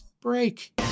break